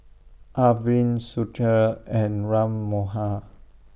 Arvind Sudhir and Ram Manohar